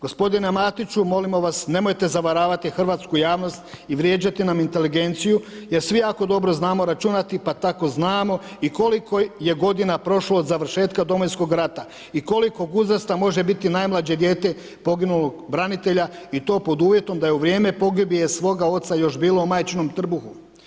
Gospodine Matiću, molim vas nemojte zavaravati hrvatsku javnost i vrijeđati nam inteligenciju jer svi jako dobro znamo računati pa tako znamo i koliko je godina prošlo od završetka Domovinskog rata i kolikog uzrasta može biti najmlađe dijete poginulog branitelja i to pod uvjetom da je u vrijeme pogibije svoga oca još bilo u majčinom trbuhu.